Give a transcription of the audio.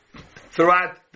throughout